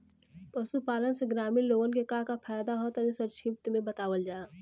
पशुपालन से ग्रामीण लोगन के का का फायदा ह तनि संक्षिप्त में बतावल जा?